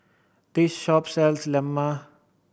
this shop sells lemang